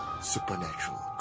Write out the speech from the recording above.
supernatural